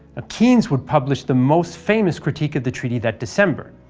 ah keynes would publish the most famous critique of the treaty that december,